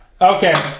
Okay